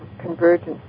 Convergence